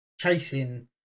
chasing